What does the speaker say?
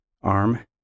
Arm